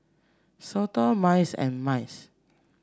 SOTA MICE and MICE